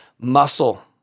muscle